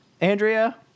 Andrea